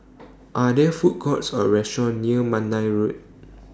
Are There Food Courts Or Restaurant near Mandai Road